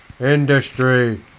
industry